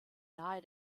nahe